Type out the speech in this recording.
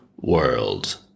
world